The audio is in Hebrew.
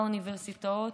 שלומדים באוניברסיטאות.